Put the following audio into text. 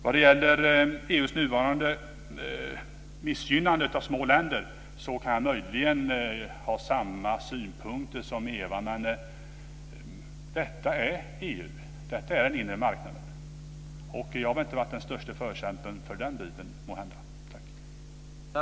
Vad gäller EU:s nuvarande missgynnande av små länder kan jag möjligen ha samma synpunkter som Eva Flyborg. Men detta är EU. Detta är den inre marknaden. Jag har väl måhända inte varit den störste förkämpen för denna.